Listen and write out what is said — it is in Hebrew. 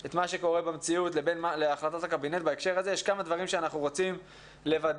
את מה שקורה במציאות להחלטות הקבינט יש כמה דברים שאנחנו רוצים לוודא,